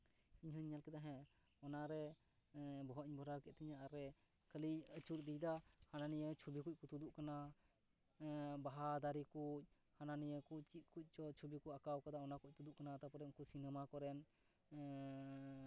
ᱤᱧ ᱦᱚᱸᱧ ᱧᱮᱞ ᱠᱮᱫᱟ ᱦᱮᱸ ᱚᱱᱟᱨᱮ ᱵᱚᱦᱚᱜ ᱤᱧ ᱵᱷᱚᱨᱟᱣ ᱠᱮᱫ ᱛᱤᱧᱟᱹ ᱠᱷᱟᱹᱞᱤᱧ ᱟᱹᱪᱩᱨ ᱤᱫᱤᱭᱮᱫᱟ ᱦᱟᱱᱟ ᱱᱤᱭᱟᱹ ᱪᱷᱚᱵᱤ ᱠᱚᱠᱚ ᱛᱩᱫᱚᱜ ᱠᱟᱱᱟ ᱵᱟᱦᱟ ᱫᱟᱨᱮ ᱠᱚ ᱦᱟᱱᱟᱱᱤᱭᱟᱹ ᱠᱚ ᱪᱮᱫ ᱠᱚᱪᱚ ᱪᱷᱚᱵᱤ ᱠᱚ ᱟᱸᱠᱟᱣ ᱠᱟᱫᱟ ᱚᱱᱟ ᱠᱚ ᱛᱩᱫᱚᱜ ᱠᱟᱱᱟ ᱛᱟᱨᱯᱚᱨᱮ ᱩᱱᱠᱩ ᱥᱤᱱᱮᱢᱟ ᱠᱚᱨᱮᱱ ᱮᱸᱜ